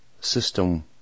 system